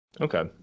Okay